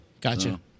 Gotcha